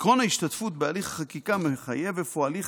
"עקרון ההשתתפות בהליך חקיקה מחייב אפוא הליך